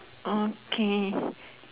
okay